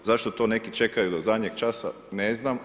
Zašto to neki čekaju do zadnjeg časa, ne znam.